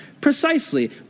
Precisely